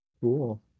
Cool